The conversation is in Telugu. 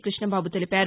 కృష్ణబాబు తెలిపారు